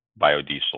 biodiesel